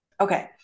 Okay